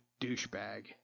douchebag